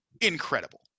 Incredible